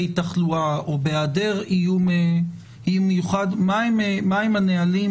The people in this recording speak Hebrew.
תחלואה או בהיעדר איום מיוחד מהם הנהלים,